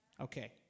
Okay